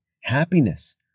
happiness